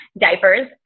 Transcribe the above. diapers